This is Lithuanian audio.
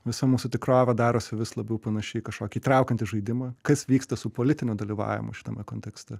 visa mūsų tikrovė darosi vis labiau panaši į kažkokį įtraukiantį žaidimą kas vyksta su politiniu dalyvavimu šitame kontekste